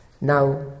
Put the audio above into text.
Now